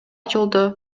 жолдо